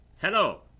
Hello